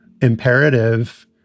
imperative